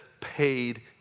paid